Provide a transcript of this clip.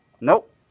Nope